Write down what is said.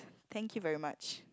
thank you very much